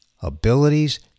abilities